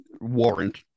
Warrant